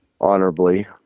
honorably